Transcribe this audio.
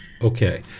Okay